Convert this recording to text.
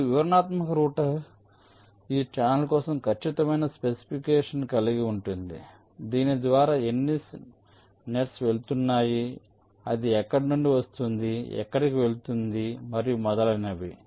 ఇప్పుడు వివరణాత్మక రౌటర్ ఈ ఛానెల్ కోసం ఖచ్చితమైన స్పెసిఫికేషన్ కలిగి ఉంటుంది దాని ద్వారా ఎన్ని నెట్స్ వెళుతున్నాయి అది ఎక్కడి నుండి వస్తోంది ఎక్కడికి వెళుతోంది మరియు మొదలైనవి